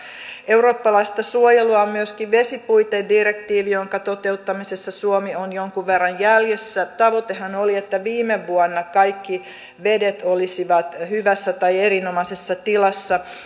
eurooppalaista suojelua on myöskin vesipuitedirektiivi jonka toteuttamisessa suomi on jonkun verran jäljessä tavoitehan oli että viime vuonna kaikki vedet olisivat olleet hyvässä tai erinomaisessa tilassa